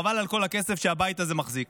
חבל על כל הכסף שהבית הזה מחזיק,